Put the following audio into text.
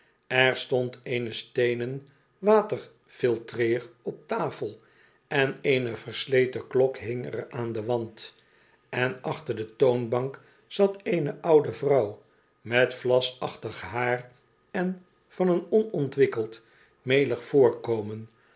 er stond eene steenen waterflltreer op tafel en eene versleten klok hing er aan den wand en achter de toonbank zat eene oude vrouw met vlasachtig haar en van een onontwikkeld melig voorkomen